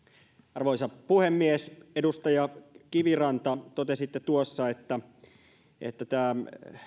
arvoisa puhemies edustaja kiviranta totesitte tuossa että